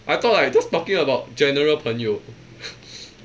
I thought like just talking about general 朋友